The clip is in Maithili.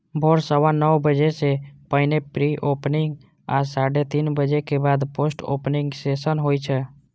भोर सवा नौ बजे सं पहिने प्री ओपनिंग आ साढ़े तीन बजे के बाद पोस्ट ओपनिंग सेशन होइ छै